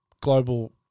global